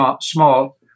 small